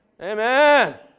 Amen